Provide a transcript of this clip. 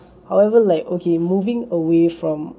however like okay moving away from